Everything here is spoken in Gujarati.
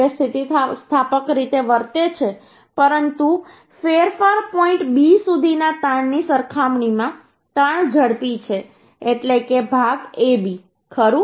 તે સ્થિતિસ્થાપક રીતે વર્તે છે પરંતુ ફેરફાર પોઈન્ટ B સુધીના તાણની સરખામણીમાં તાણ ઝડપી છે એટલે કે ભાગ AB ખરું